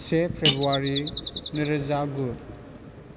से फेब्रुवारि नै रोजा गु